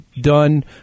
done